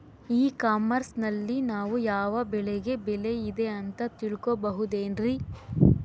E commerce ನಲ್ಲಿ ನಾವು ಯಾವ ಬೆಳೆಗೆ ಬೆಲೆ ಇದೆ ಅಂತ ತಿಳ್ಕೋ ಬಹುದೇನ್ರಿ?